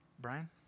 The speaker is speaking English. Brian